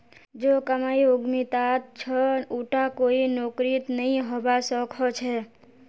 जो कमाई उद्यमितात छ उटा कोई नौकरीत नइ हबा स ख छ